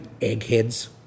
eggheads